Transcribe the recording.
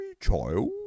child